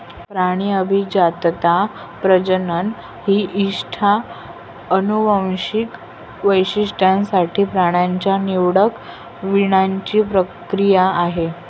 प्राणी अभिजातता, प्रजनन ही इष्ट अनुवांशिक वैशिष्ट्यांसह प्राण्यांच्या निवडक वीणाची प्रक्रिया आहे